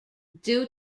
due